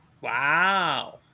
Wow